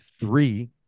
three